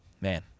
Man